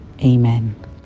Amen